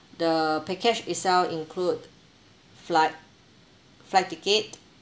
the package itself include flight flight ticket